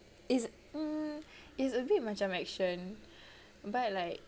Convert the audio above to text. it's um it's a bit macam action but like